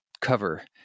cover